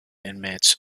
inmates